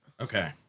Okay